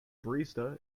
barista